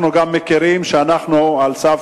אנחנו גם מכירים שאנחנו על סף,